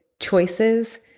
choices